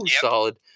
solid